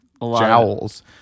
Jowls